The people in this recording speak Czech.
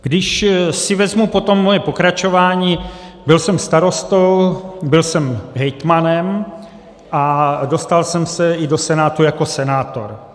Když si vezmu potom svoje pokračování, byl jsem starostou, byl jsem hejtmanem a dostal jsem se i do Senátu jako senátor.